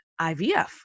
IVF